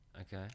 Okay